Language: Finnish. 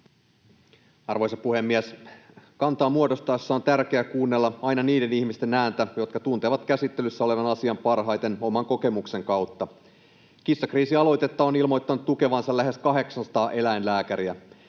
Arvoisa puhemies! Kantaa muodostaessaan on tärkeää kuunnella aina niiden ihmisten ääntä, jotka tuntevat käsittelyssä olevan asian parhaiten oman kokemuksensa kautta. Kissakriisialoitetta on ilmoittanut tukevansa lähes 800 eläinlääkäriä.